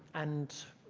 and